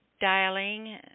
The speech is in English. dialing